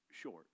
short